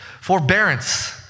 forbearance